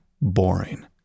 boring